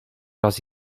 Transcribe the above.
raz